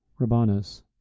Rabanus